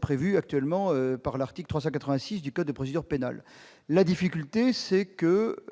prévue à l'article 386 du code de procédure pénale. La difficulté, c'est que